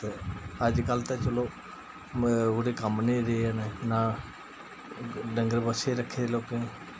ते अज्ज कल ते चलो ओहकड़े कम्म निं रेह् हैन ना डंगर बच्छे रक्खे दे लोकें